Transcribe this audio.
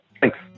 Thanks